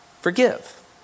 forgive